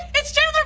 it's chandler